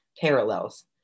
parallels